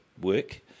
work